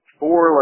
four